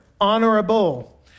honorable